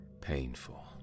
painful